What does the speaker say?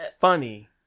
funny